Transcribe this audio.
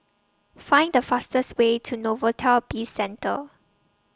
Find The fastest Way to Novelty Bizcentre